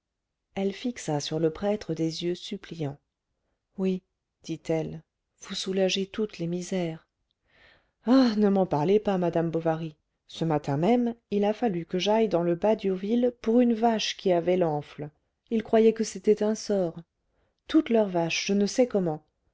elle fixa sur le prêtre des yeux suppliants oui dit-elle vous soulagez toutes les misères ah ne m'en parlez pas madame bovary ce matin même il a fallu que j'aille dans le bas diauville pour une vache qui avait l'enfle ils croyaient que c'était un sort toutes leurs vaches je ne sais comment